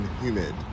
humid